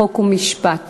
חוק ומשפט